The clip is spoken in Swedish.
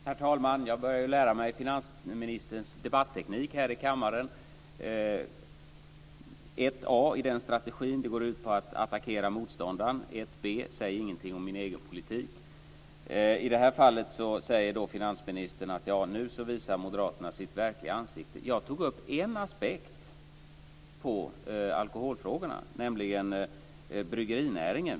Herr talman! Jag börjar lära mig finansministerns debatteknik här i kammaren. 1 A i den strategin går ut på att attackera motståndaren, 1 B går ut på att inte säga någonting om sin egen politik. I det här fallet säger finansministern: Nu visar moderaterna sitt verkliga ansikte. Jag tog upp en aspekt på alkoholfrågorna, nämligen bryggerinäringen.